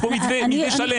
יש כאן מתווה שלם.